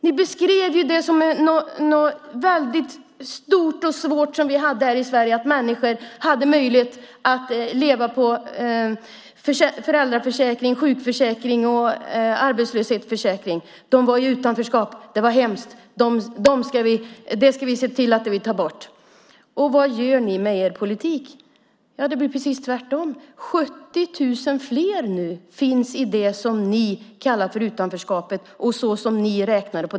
Ni beskrev det som något väldigt stort och svårt som vi hade här i Sverige att människor hade möjlighet att leva på föräldraförsäkring, sjukförsäkring och arbetslöshetsförsäkring. De var i utanförskap. Det var hemskt. Det skulle ni se till att ta bort. Vad gör ni med er politik? Det blir precis tvärtom. Det är nu 70 000 fler som finns i det som ni kallade för utanförskapet, med ert sätt att räkna.